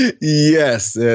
Yes